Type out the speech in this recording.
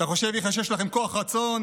אתה חושב יחיא, שיש לכם כוח רצון?